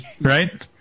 right